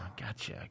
gotcha